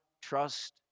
trust